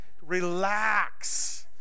Relax